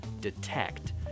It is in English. detect